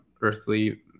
earthly